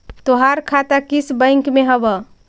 तोहार खाता किस बैंक में हवअ